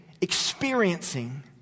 experiencing